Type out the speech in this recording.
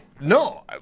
no